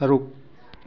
ꯇꯔꯨꯛ